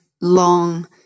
long